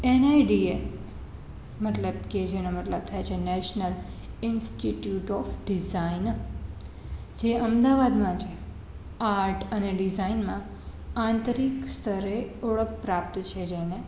NDA મતલબ કે જેનો મતલબ થાય છે નેશનલ ઇન્સ્ટિટ્યૂટ ઓફ ડિઝાઇન જે અમદાવાદમાં છે આર્ટ અને ડિઝાઇનમાં આંતરિક સ્તરે ઓળખ પ્રાપ્ત છે જેને